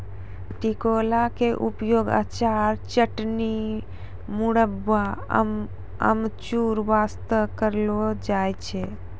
टिकोला के उपयोग अचार, चटनी, गुड़म्बा, अमचूर बास्तॅ करलो जाय छै